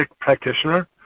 practitioner